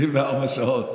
24 שעות.